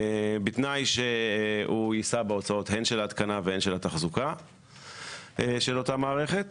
בתנאי שהוא יישא בהוצאות הן של ההתקנה והן של התחזוקה של אותה מערכת,